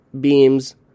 beams